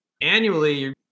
annually